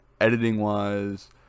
Editing-wise